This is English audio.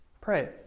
Pray